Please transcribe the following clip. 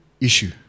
issue